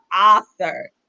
author